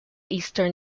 eastern